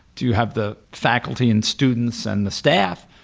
to have the faculty and students and the staff,